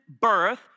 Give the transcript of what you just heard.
birth